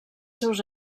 seus